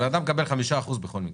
בן אדם מקבל 5% בכל מקרה.